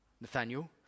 Nathaniel